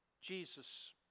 Jesus